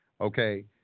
Okay